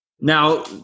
now